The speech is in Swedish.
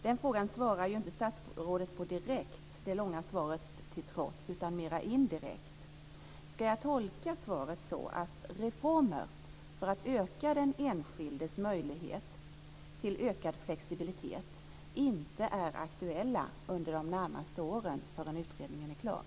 Den frågan svarade inte statsrådet på direkt, det långa svaret till trots, utan mer indirekt. Ska jag tolka svaret så att reformer för att öka den enskildes möjlighet till ökad flexibilitet inte är aktuella under de närmaste åren, förrän utredningen är klar?